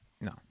No